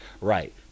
Right